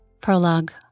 Prologue